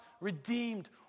redeemed